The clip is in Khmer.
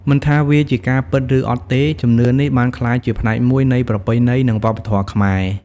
មិនថាវាជាការពិតឬអត់ទេ ជំនឿនេះបានក្លាយជាផ្នែកមួយនៃប្រពៃណីនិងវប្បធម៌ខ្មែរ។